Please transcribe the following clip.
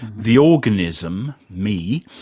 the organism, me,